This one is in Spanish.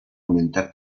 aumentar